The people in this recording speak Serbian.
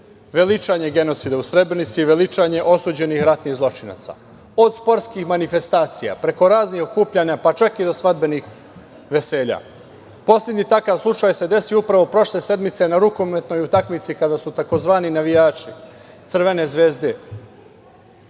veličanje genocida u Srebrenici i veličanje osuđenih ratnih zločinaca, od sportskih manifestacija, preko raznih okupljanja, pa čak i na svadbenim veseljima. Poslednji takav slučaj se desio upravo prošle sedmice na rukometnoj utakmici kada su tzv. navijači Crvene zvezde,